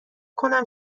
کنم